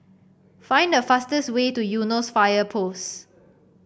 find the fastest way to Eunos Fire Post